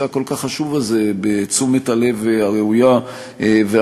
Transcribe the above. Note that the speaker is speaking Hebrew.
הכל-כך חשוב הזה בתשומת הלב הראויה והמלאה,